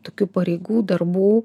tokių pareigų darbų